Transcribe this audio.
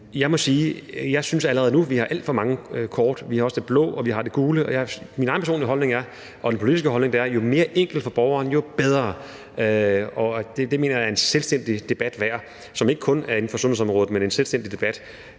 jeg synes, at vi allerede nu har alt for mange kort. Vi har også det blå, og vi har det gule, og min egen personlige holdning og min politiske holdning er: Jo mere enkelt for borgeren, jo bedre. Og det mener jeg er en selvstændig debat værd, som ikke kun handler om sundhedsområdet, men som er en selvstændig debat.